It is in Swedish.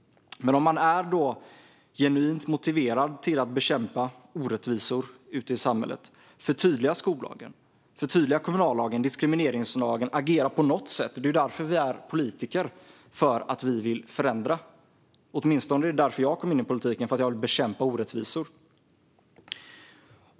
Om man är genuint motiverad att bekämpa orättvisor ute i samhället, förtydliga då skollagen, kommunallagen och diskrimineringslagen! Agera på något sätt! Det är ju därför vi är politiker, för att vi vill förändra. Åtminstone var det därför jag kom in i politiken, för att jag ville bekämpa orättvisor.